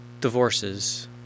divorces